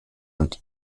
und